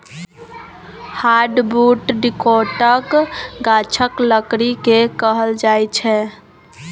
hardwood डिकौटक गाछक लकड़ी केँ कहल जाइ छै